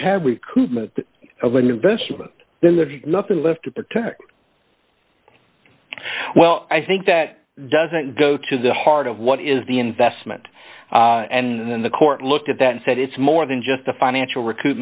have recruitment of an investment then there's nothing left to protect well i think that doesn't go to the heart of what is the investment and then the court looked at that and said it's more than just a financial rec